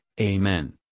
Amen